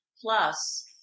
Plus